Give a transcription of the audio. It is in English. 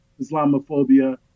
Islamophobia